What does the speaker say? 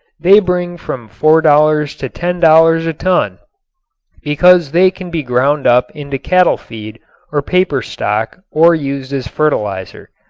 they bring from four dollars to ten dollars a ton because they can be ground up into cattle-feed or paper stock or used as fertilizer.